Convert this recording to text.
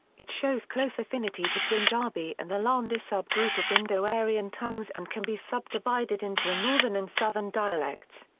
it shows close affinity to punjabi and the lahnda sub-group of indo-aryan tongues and can be sub-divided into a northern and southern dialects.